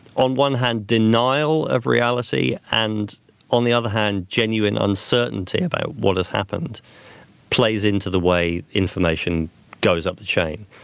on one hand denial of reality and on the other hand, genuine uncertainty about what has happened plays into the way information goes up the chain.